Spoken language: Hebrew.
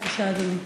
בבקשה, אדוני.